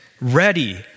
ready